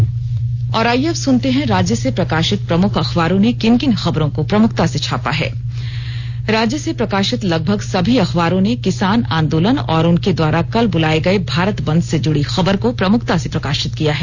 अखबारों की सुर्खियां आईये अब सुनते हैं राज्य से प्रकाशित प्रमुख अखबारों ने किन किन खबरों को प्रमुखता से छापा है राज्य से प्रकाशित लगभग सभी अखबारों ने किसान आंदोलन और उनके द्वारा कल बुलाये गए भारत बन्द से जुड़ी खबर को प्रमुखता से प्रकाशित किया है